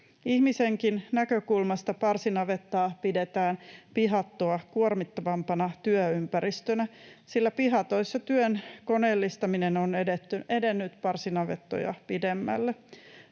Ihmisenkin näkökulmasta parsinavettaa pidetään pihattoa kuormittavampana työympäristönä, sillä pihatoissa työn koneellistaminen on edennyt parsinavettoja pidemmälle.